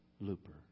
looper